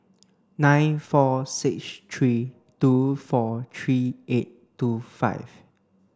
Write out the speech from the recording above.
nine four six three two four three eight two five